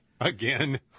Again